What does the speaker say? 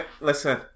Listen